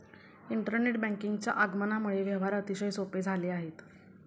internet बँकिंगच्या आगमनामुळे व्यवहार अतिशय सोपे झाले आहेत